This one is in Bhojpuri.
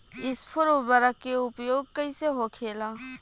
स्फुर उर्वरक के उपयोग कईसे होखेला?